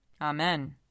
Amen